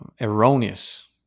erroneous